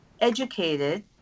educated